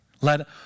Let